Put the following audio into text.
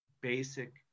Basic